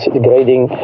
degrading